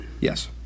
Yes